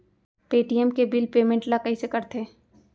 Paytm के bill payment ल कइसे करथे?